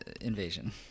Invasion